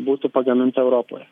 būtų pagaminta europoje